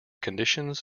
conditions